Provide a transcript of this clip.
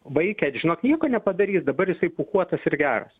vaike žinok nieko nepadarys dabar jisai pūkuotas ir geras